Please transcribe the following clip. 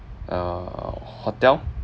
a hotel